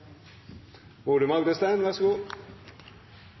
fellesskapet. Så vær så god